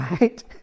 right